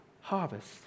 harvest